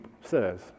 says